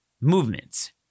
movements